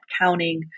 counting